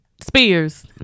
Spears